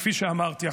כפי שאמרתי,